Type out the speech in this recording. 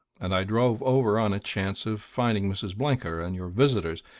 and i drove over on a chance of finding mrs. blenker and your visitors.